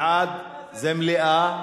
בעד זה מליאה,